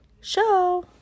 show